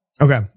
Okay